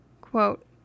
Quote